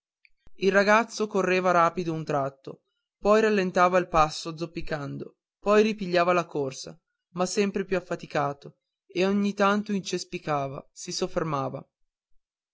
il ragazzo correva rapido un tratto poi rallentava il passo zoppicando poi ripigliava la corsa ma sempre più affaticato e ogni tanto incespicava si soffermava